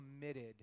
committed